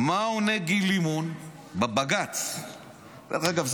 מה עונה גיל לימון בבג"ץ ?דרך אגב,